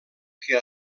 que